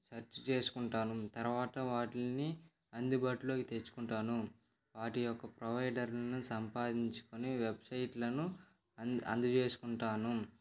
search చేసుకుంటాను తర్వాత వాటిని అందుబాటులోకి తెచ్చుకుంటాను వాటి యొక్క ప్రొవైడర్లను సంపాదించుకుని వెబ్సైట్లను అంద్ అందజేసుకుంటాను